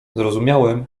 zrozumiałem